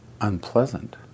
unpleasant